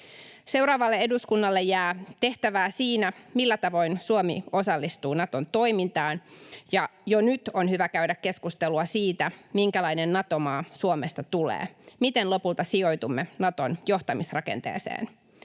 Seuraavalle eduskunnalle jää tehtävää siinä, millä tavoin Suomi osallistuu Naton toimintaan, ja jo nyt on hyvä käydä keskustelua siitä, minkälainen Nato-maa Suomesta tulee, miten lopulta sijoitumme Naton johtamisrakenteeseen.